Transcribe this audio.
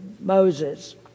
Moses